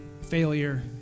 failure